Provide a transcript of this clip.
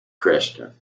christian